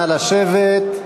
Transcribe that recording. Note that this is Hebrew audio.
נא לשבת.